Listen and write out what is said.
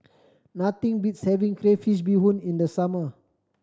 nothing beats having crayfish beehoon in the summer